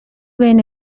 بین